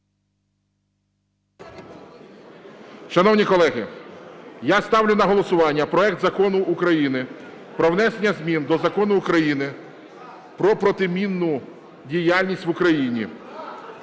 Шановні колеги, я ставлю на голосування проект Закону України про внесення змін до Закону України "Про протимінну діяльність в Україні".